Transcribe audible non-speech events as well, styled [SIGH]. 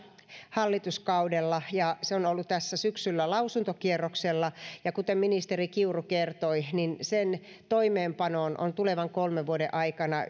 hallituskaudella ja se on ollut tässä syksyllä lausuntokierroksella kuten ministeri kiuru kertoi sen toimeenpanoon on tulevan kolmen vuoden aikana [UNINTELLIGIBLE]